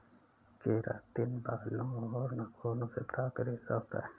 keratin बालों और नाखूनों से प्राप्त रेशा होता है